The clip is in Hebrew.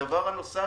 הדבר הנוסף